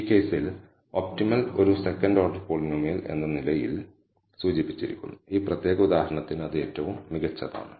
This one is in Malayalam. ഈ കേസിൽ ഒപ്റ്റിമൽ ഒരു സെക്കൻഡ് ഓർഡർ പോളിനോമിയൽ എന്ന നിലയിൽ സൂചിപ്പിച്ചിരിക്കുന്നു ഈ പ്രത്യേക ഉദാഹരണത്തിന് അത് ഏറ്റവും മികച്ചതാണ്